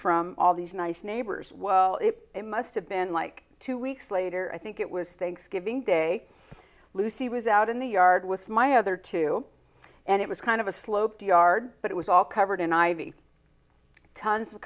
from all these nice neighbors well it must have been like two weeks later i think it was thanksgiving day lucy was out in the yard with my other two and it was kind of a sloped yard but it was all covered in ivy tons of